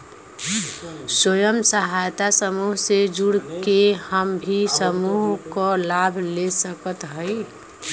स्वयं सहायता समूह से जुड़ के हम भी समूह क लाभ ले सकत हई?